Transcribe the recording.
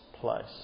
place